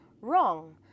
Wrong